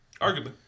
Arguably